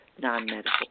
non-medical